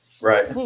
Right